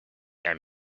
and